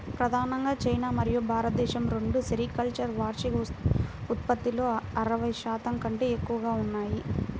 ప్రధానంగా చైనా మరియు భారతదేశం రెండూ సెరికల్చర్ వార్షిక ఉత్పత్తిలో అరవై శాతం కంటే ఎక్కువగా ఉన్నాయి